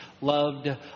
loved